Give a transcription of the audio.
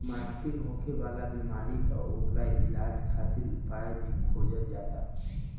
माटी मे होखे वाला बिमारी आ ओकर इलाज खातिर उपाय भी खोजल जाता